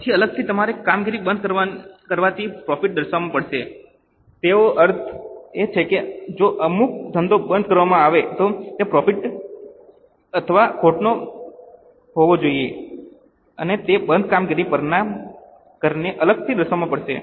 પછી અલગથી તમારે કામગીરી બંધ કરવાથી પ્રોફિટ દર્શાવવો પડશે તેનો અર્થ એ છે કે જો અમુક ધંધો બંધ કરવામાં આવે છે તો તે પ્રોફિટ પ્રોફિટ અથવા ખોટનો હોવો જોઈએ અને તે બંધ કામગીરી પરના કરને અલગથી દર્શાવવો પડશે